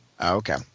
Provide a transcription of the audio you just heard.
okay